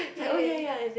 ya